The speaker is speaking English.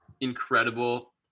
incredible